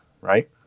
right